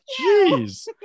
Jeez